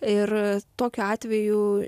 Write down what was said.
ir tokiu atveju